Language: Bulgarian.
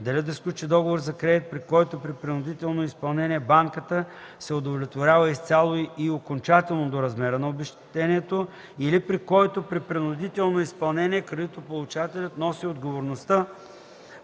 дали да сключи договор за кредит, при който при принудително изпълнение банката се удовлетворява изцяло и окончателно до размера на обезпечението или при който при принудително изпълнение кредитополучателят носи отговорността